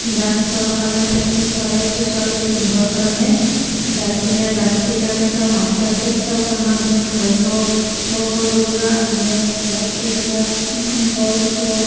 ডান্সৰ কাৰণে প্ৰেক্টিচ কৰাই আছোঁ ছোৱালীটোক নিবৰ কাৰণে ডান্স ইণ্ডিয়া ডান্স সেইকাৰণে চাওঁ মাষ্টাৰ চেফ চাওঁ খানা বনাই ভাল পাওঁ সৰু সুৰা আঞ্জা ভাত এইবিলাক ক চ